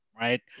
right